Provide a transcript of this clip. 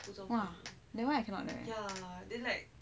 !wah! that [one] I cannot leh